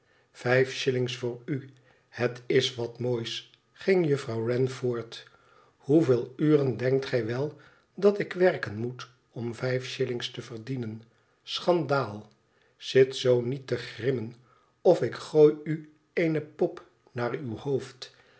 vijf shillings voor u het is wat moois ging juffrouw wren voort hoeveel uren denkt gij wel dat ik werken moet om vijf shillings te verdienen schandaal zit zoo niet te grimmen of ik gooi u eene pop naar uw hoofd